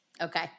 Okay